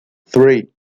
three